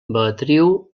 beatriu